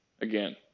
Again